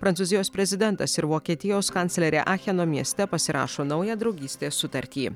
prancūzijos prezidentas ir vokietijos kanclerė acheno mieste pasirašo naują draugystės sutartį